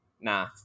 Nah